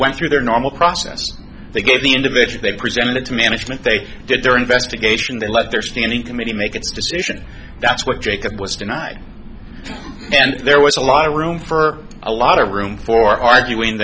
went through their normal process they gave the individual they presented it to management they did their investigation they let their standing committee make its decision that's what jacob was denied and there was a lot of room for a lot of room for arguing